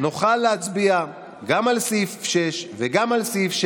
הם גם לא זכאים,